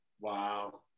Wow